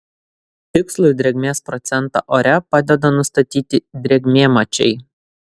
tikslų drėgmės procentą ore padeda nustatyti drėgmėmačiai